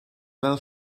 fel